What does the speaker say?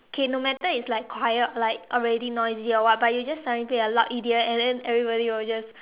okay no matter it's like quiet or like already noisy or what but you just suddenly play a loud E_D_M and then everybody will just